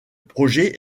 projet